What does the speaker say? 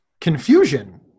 confusion